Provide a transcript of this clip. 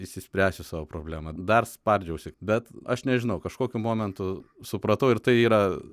išsispręsiu savo problemą dar spardžiausi bet aš nežinau kažkokiu momentu supratau ir tai yra